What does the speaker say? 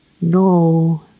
no